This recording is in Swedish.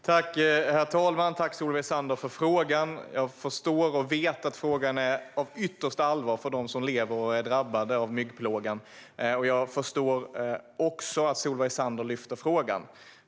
Herr talman! Tack, Solveig Zander, för frågan! Jag förstår och vet att frågan är av yttersta allvar för dem som lever i området och är drabbade av myggplågan. Jag förstår också att Solveig Zander lyfter upp frågan.